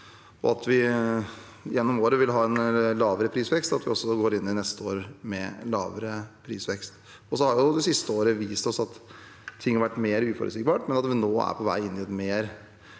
at vi gjennom året vil ha en lavere prisvekst, og at vi også går inn i neste år med lavere prisvekst. Så har det siste året vist oss at ting har vært mer uforutsigbart, men at vi nå er på vei inn i et